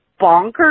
bonkers